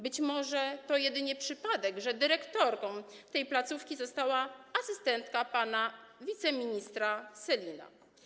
Być może to jedynie przypadek, że dyrektorką tej placówki została asystentka pana wiceministra Sellina.